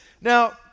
Now